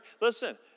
Listen